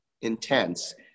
intense